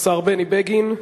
השר בני בגין.